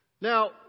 Now